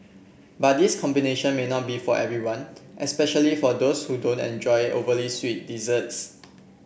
but this combination may not be for everyone especially for those who don't enjoy overly sweet desserts